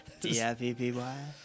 D-I-P-P-Y